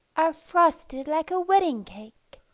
are frosted like a wedding cake.